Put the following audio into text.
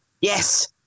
yes